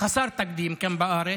חסר תקדים כאן בארץ,